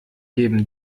jedem